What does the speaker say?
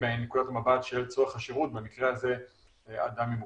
מנקודת המבט של צורך השירות ובמקרה הזה אדם עם מוגבלות.